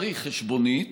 צריך חשבונית